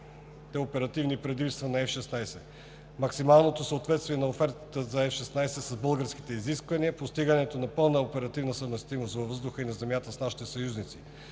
оперативни предимства на F-16, максималното съответствие на офертата за F-16 с българските изисквания, постигането на пълна оперативна съвместимост във въздуха и на земята с нашите съюзници,